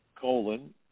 colon